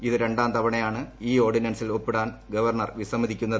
ഇത് രണ്ടാം തവണയാണ് ഈ ഓർഡിനൻസിൽ ഒപ്പിടാൻ ഗവർണർ വിസമ്മതിക്കുന്നത്